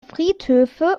friedhöfe